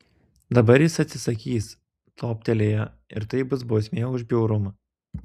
dabar jis atsisakys toptelėjo ir tai bus bausmė už bjaurumą